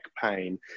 pain